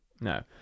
no